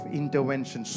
intervention